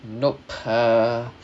nop uh